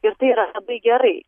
ir tai yra labai gerai